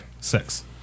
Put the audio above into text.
Six